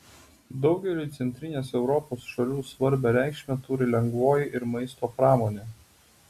daugeliui centrinės europos šalių svarbią reikšmę turi lengvoji ir maisto pramonė